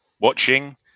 watching